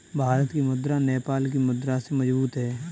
भारत की मुद्रा नेपाल की मुद्रा से मजबूत है